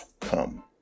come